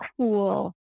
cool